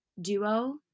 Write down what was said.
duo